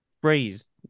phrase